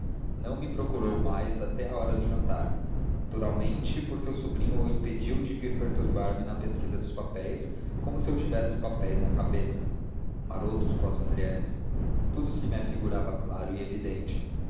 não me procurou mais até a hora do jantar naturalmente porque o sobrinho o impediu de vir perturbar me na pesquisa dos papéis como se eu tivesse papéis na cabeça